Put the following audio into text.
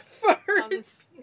Farts